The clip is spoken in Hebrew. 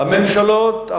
הממשלות.